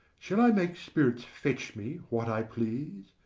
shall i make spirits fetch me what i please,